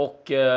Och